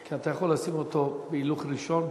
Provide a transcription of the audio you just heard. כי אתה יכול לשים אותו בהילוך ראשון,